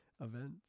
events